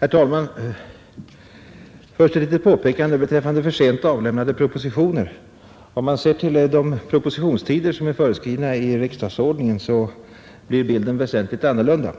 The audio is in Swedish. Herr talman! Först ett litet påpekande beträffande propositioner som sägs ha avlämnats för sent. Om man ser på de propositionstider som är föreskrivna i riksdagsordningen, så blir bilden väsentligt annorlunda